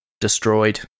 destroyed